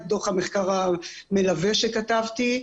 את דו"ח המחקר המלווה שכתבתי.